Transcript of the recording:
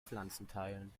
pflanzenteilen